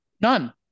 None